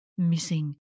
Missing